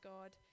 God